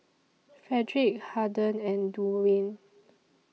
Frederick Harden and Duwayne